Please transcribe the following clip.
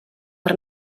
per